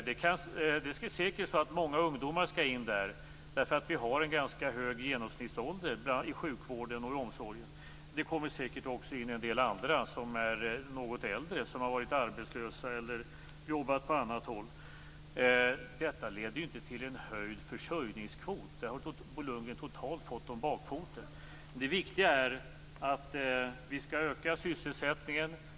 Det är säkert så att många ungdomar kommer in i den offentliga sektorn, därför att personalen i sjukvården och omsorgen har en ganska hög genomsnittsålder. Det kommer säkert också in en del som är något äldre, vilka har varit arbetslösa eller har jobbat på annat håll. Detta leder ju inte till en höjd försörjningskvot. Det har Bo Lundgren totalt fått om bakfoten. Det viktiga är att vi skall öka sysselsättningen.